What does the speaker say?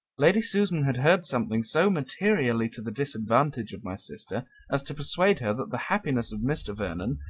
lady susan had heard something so materially to the disadvantage of my sister as to persuade her that the happiness of mr. vernon,